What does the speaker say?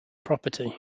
property